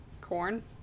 Corn